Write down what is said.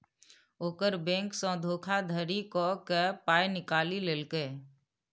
ओकर बैंकसँ धोखाधड़ी क कए पाय निकालि लेलकै